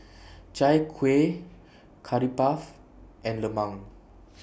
Chai Kuih Curry Puff and Lemang